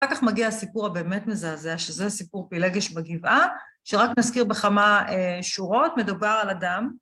‫אחר כך מגיע הסיפור הבאמת מזעזע, ‫שזה סיפור פילגש בגבעה, ‫שרק נזכיר בכמה שורות, ‫מדובר על אדם.